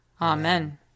Amen